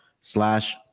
slash